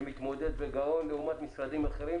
מתמודד בגאון לעומת משרדים אחרים.